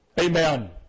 Amen